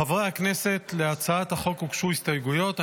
חברי הכנסת, להצעת החוק הוגשו הסתייגויות.